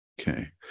Okay